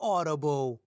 Audible